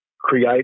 create